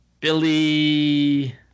Billy